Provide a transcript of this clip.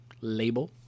label